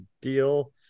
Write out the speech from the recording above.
deal